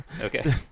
Okay